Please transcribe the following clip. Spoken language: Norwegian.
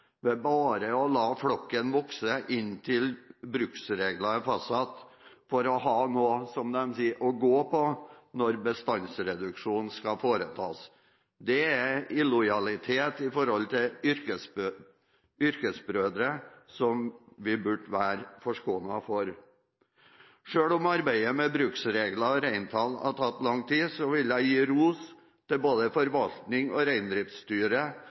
ved bare å la flokken vokse inntil bruksregler er fastsatt, for å ha noe – som de sier – å gå på når bestandsreduksjonen skal foretas. Det er en illojalitet i forhold til yrkesbrødre som vi burde vært forskånet for. Selv om arbeidet med bruksregler og reintall har tatt lang tid, vil jeg gi ros til både forvaltningen og Reindriftsstyret